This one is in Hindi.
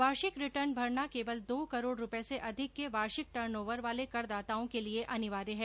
वार्षिक रिटर्न भरना केवल दो करोड़ रुपये से अधिक के वार्षिक टर्न ओवर वाले करदाताओं के लिए अनिवार्य है